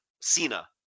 Cena